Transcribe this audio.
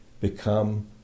become